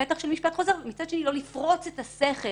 הפתח של משפט חוזר ומצד שני לא לפרוץ את הסכר,